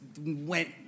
went